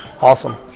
Awesome